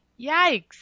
Yikes